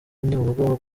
nyabugogo